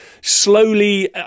slowly